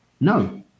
no